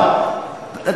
נאוה,